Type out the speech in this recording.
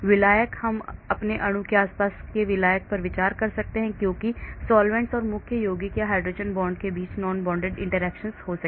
विलायक हम अपने अणु के आसपास के विलायक पर विचार कर सकते हैं ताकि सॉल्वैंट्स और मुख्य यौगिक या हाइड्रोजन बांड के बीच non bonded interactions हो सके